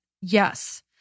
Yes